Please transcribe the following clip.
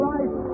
Life